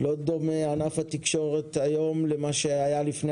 לא קומה ענף התקשורת היום למה שהיה לפני